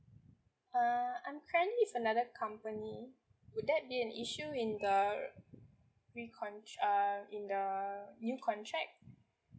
uh I'm currently with another company would that be an issue in the recontra~ uh in the new contract